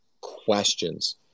questions